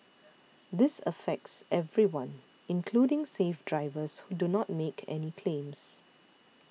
this affects everyone including safe drivers who do not make any claims